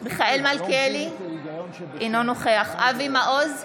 מיכאל מלכיאלי, אינו נוכח אבי מעוז,